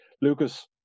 Lucas